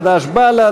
חד"ש ובל"ד,